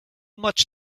much